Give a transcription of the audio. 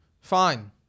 fine